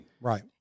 Right